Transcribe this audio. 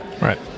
Right